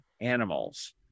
animals